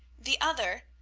the other,